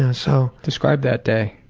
yeah so describe that day.